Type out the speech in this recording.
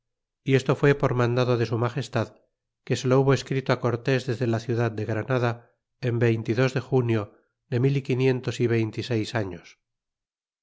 y esto fué por mandado de su magestad que se lo hubo escrito á cortés desde la ciudad de granada en veinte y dos de junio de mil y quinientos y veinte y seis años